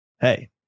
Hey